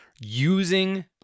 using